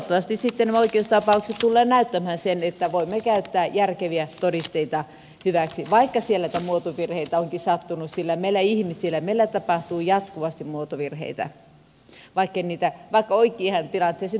toivottavasti sitten nämä oikeustapaukset tulevat näyttämään sen että voimme käyttää järkeviä todisteita hyväksi vaikka siellä muotovirheitä onkin sattunut sillä meillä ihmisillä tapahtuu jatkuvasti muotovirheitä vaikka oikeaan tilanteeseen pyrimmekin